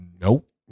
Nope